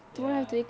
ya